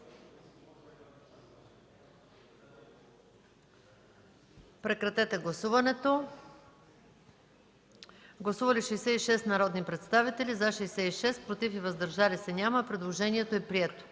който става § 77. Гласували 65 народни представители: за 65, против и въздържали се няма. Предложението е прието.